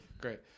Great